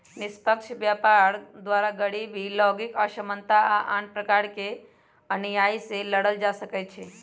निष्पक्ष व्यापार द्वारा गरीबी, लैंगिक असमानता आऽ आन प्रकार के अनिआइ से लड़ल जा सकइ छै